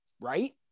Right